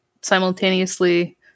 simultaneously